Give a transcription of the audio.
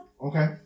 Okay